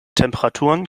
temperaturen